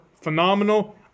phenomenal